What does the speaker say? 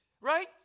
right